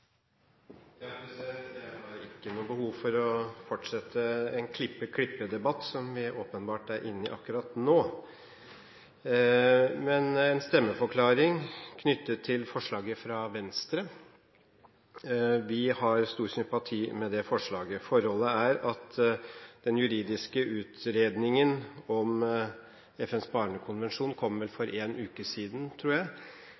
ikke noe behov for å fortsette en klippe, klippe-debatt, som vi åpenbart er inne i akkurat nå. Jeg vil gi en stemmeforklaring knyttet til forslaget fra Venstre. Vi har stor sympati for det forslaget. Forholdet er at den juridiske utredningen om FNs barnekonvensjon kom for en uke siden, tror jeg,